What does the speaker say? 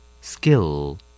Skill